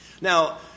Now